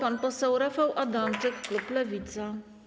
Pan poseł Rafał Adamczyk, klub Lewica.